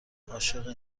عاشق